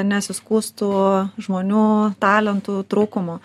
nesiskųstų žmonių talentų trūkumu